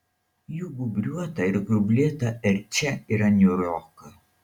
jų gūbriuota ir grublėta erčia yra niūroka